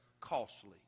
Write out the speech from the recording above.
costly